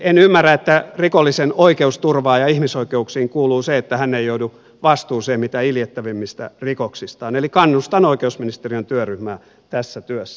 en ymmärrä että rikollisen oikeusturvaan ja ihmisoikeuksiin kuuluu se että hän ei joudu vastuuseen mitä iljettävimmistä rikoksistaan eli kannustan oikeusministeriön työryhmää tässä työssä